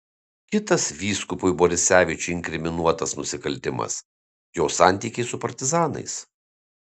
kitas vyskupui borisevičiui inkriminuotas nusikaltimas jo santykiai su partizanais